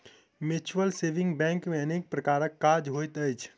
mutual saving bank मे अनेक प्रकारक काज होइत अछि